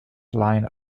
line